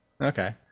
Okay